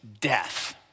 death